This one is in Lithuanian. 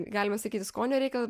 galima sakyti skonio reikalas